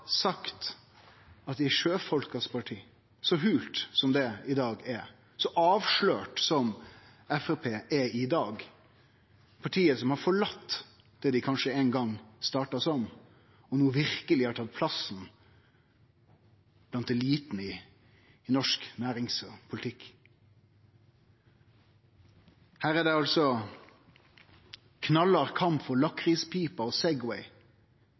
sagt at dei er sjøfolkas parti. Så uthola det er i dag, så avslørt som Framstegspartiet er i dag – partiet som har forlate det dei kanskje ein gong starta som, og som no verkeleg har tatt plass blant eliten i norsk næringspolitikk. Her er det knallhard kamp for lakrispiper og